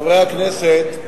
חברי הכנסת,